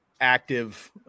active